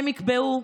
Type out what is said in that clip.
הם יקבעו,